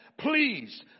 Please